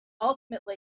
ultimately